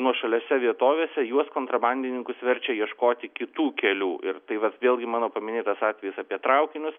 nuošaliose vietovėse juos kontrabandininkus verčia ieškoti kitų kelių ir tai vat vėlgi mano paminėtas atvejis apie traukinius